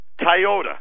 Toyota